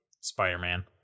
Spider-Man